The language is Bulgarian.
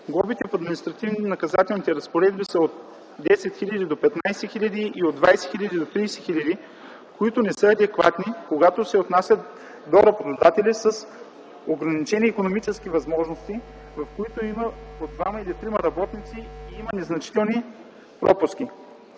Глобите в административно-наказателните разпоредби са от 10 000 до 15 000 и от 20 000 до 30 000, които не са адекватни, когато се отнася до работодатели с по-ограничени икономически възможности, в които има по двама или трима работници и има незначителни пропуски.